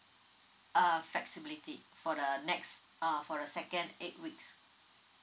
uh flexibility for the next uh for the second eight weeks